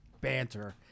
banter